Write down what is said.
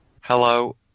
Hello